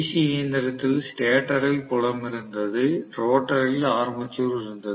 C இயந்திரத்தில் ஸ்டேட்டரில் புலம் இருந்தது ரோட்டரில் ஆர்மேச்சர் இருந்தது